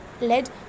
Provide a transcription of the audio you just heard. led